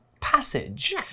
passage